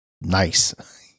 nice